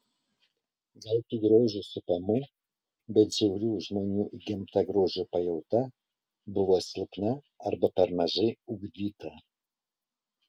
gal tų grožio supamų bet žiaurių žmonių įgimta grožio pajauta buvo silpna arba per mažai ugdyta